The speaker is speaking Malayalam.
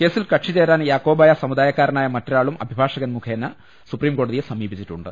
കേസിൽ കക്ഷി ചേരാൻ യാക്കോബായ സമുദായക്കാരനായ മറ്റൊരാളും അഭിഭാഷകൻ മുഖേന സുപ്രീംകോടതിയെ സമീപി ച്ചിട്ടുണ്ട്